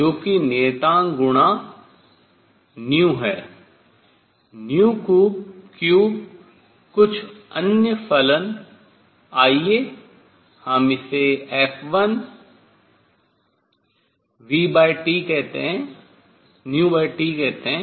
जो कि नियतांक गुणा है 3 कुछ अन्य फलन आइए हम इसे f1 कहते हैं